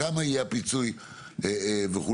כמה יהיה הפיצוי וכולי,